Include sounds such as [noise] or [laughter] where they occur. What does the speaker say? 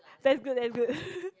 that's good that's good [laughs]